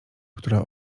która